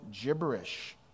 gibberish